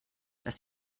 dass